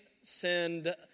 send